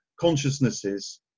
Consciousnesses